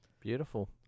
Beautiful